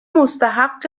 مستحق